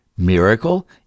Miracle